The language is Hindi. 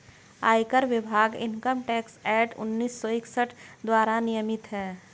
आयकर विभाग इनकम टैक्स एक्ट उन्नीस सौ इकसठ द्वारा नियमित है